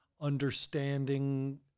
understanding